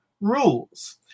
rules